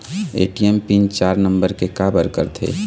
ATM PIN चार number के काबर करथे?